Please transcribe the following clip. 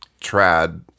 trad